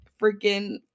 freaking